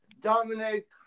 Dominic